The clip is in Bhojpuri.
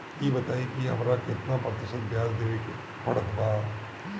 ई बताई की हमरा केतना प्रतिशत के ब्याज देवे के पड़त बा?